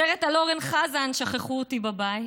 סרט על אורן חזן: שכחו אותי בבית,